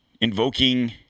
invoking